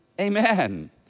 Amen